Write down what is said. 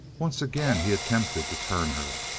once again he attempted to turn her.